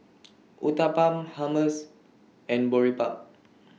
Uthapam Hummus and Boribap